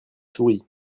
souris